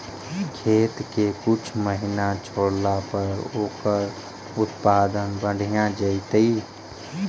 खेत के कुछ महिना छोड़ला पर ओकर उत्पादन बढ़िया जैतइ?